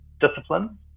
discipline